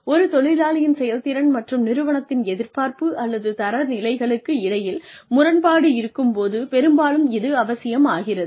ஒரு தொழிலாளியின் செயல்திறன் மற்றும் நிறுவனத்தின் எதிர்பார்ப்பு அல்லது தரநிலைகளுக்கு இடையில் முரண்பாடு இருக்கும் போது பெரும்பாலும் இது அவசியமாகிறது